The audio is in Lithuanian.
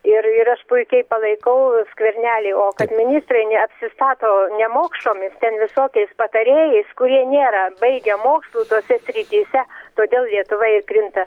ir ir aš puikiai palaikau skvernelį o kad ministrei neapsistato nemokšomis ten visokiais patarėjais kurie nėra baigę mokslų tose srityse todėl lietuva ir krinta